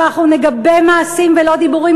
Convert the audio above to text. אבל אנחנו נגבה מעשים ולא דיבורים.